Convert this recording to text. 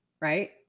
Right